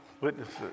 witnesses